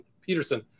Peterson